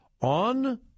on